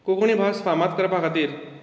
कोंकणी भास फामाद करपा खातीर